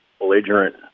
belligerent